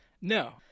No